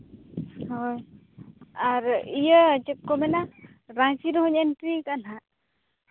ᱦᱳᱭ ᱟᱨ ᱤᱭᱟᱹ ᱪᱮᱫ ᱠᱚ ᱢᱮᱱᱟ ᱨᱟᱸᱪᱤ ᱨᱮᱦᱚᱸᱧ ᱮᱱᱴᱨᱤ ᱠᱟᱜᱼᱟ ᱦᱟᱸᱜ